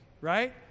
right